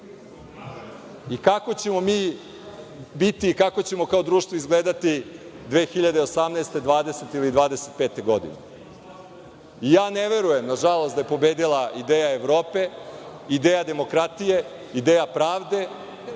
i kako ćemo mi biti ili kako ćemo kao društvo izgledati 2018, 2020. ili 2025. godine? Ne verujem, nažalost, da je pobedila ideja Evrope, ideja demokratije, ideja pravde,